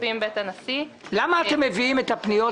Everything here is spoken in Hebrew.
עודפים בית הנשיא --- למה אתם מביאים את הפניות